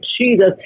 Jesus